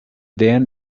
then